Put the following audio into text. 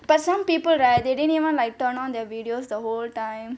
but some people right they didn't even like turn on their videos the whole time